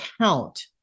count